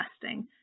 testing